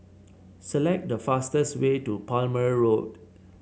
select the fastest way to Plumer Road